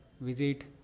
visit